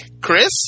Chris